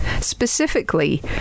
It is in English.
Specifically